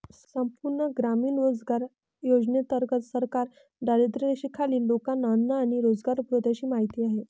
संपूर्ण ग्रामीण रोजगार योजनेंतर्गत सरकार दारिद्र्यरेषेखालील लोकांना अन्न आणि रोजगार पुरवते अशी माहिती आहे